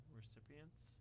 recipients